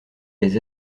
les